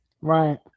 Right